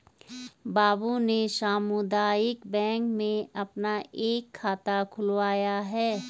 बाबू ने सामुदायिक बैंक में अपना एक खाता खुलवाया है